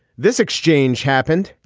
this exchange happened.